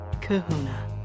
kahuna